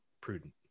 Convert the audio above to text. prudent